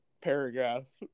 paragraph